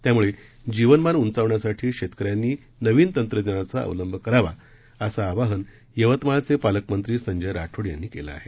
त्यामुळे जीवनमान उंचावण्यासाठी शेतक यांनी नवीन तंत्रज्ञानाचा अवलंब करावा असं आवाहन यवतमाळचे पालकमंत्री संजय राठोड यांनी केलं आहे